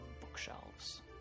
bookshelves